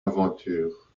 aventure